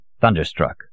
thunderstruck